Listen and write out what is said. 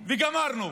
וגמרנו.